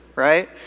right